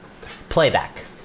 Playback